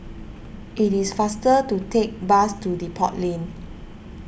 it is faster to take bus to Depot Lane